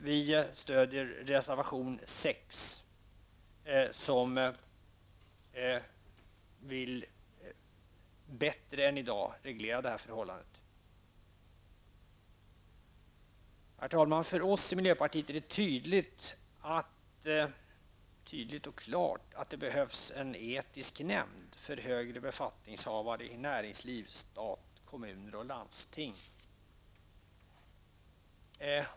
Vi stöder reservation 6, som innebär att man bättre än i dag vill reglera det här förhållandet. Herr talman! För oss i miljöpartiet står det klart att det behövs en etisk nämnd för högre befattningshavare i näringsliv, stat, kommuner och landsting.